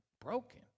broken